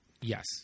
Yes